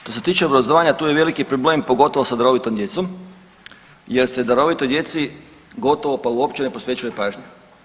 Što se tiče obrazovanja tu je veliki problem pogotovo sa darovitom djecom jer se darovitoj djeci gotovo pa uopće ne posvećuje pažnja.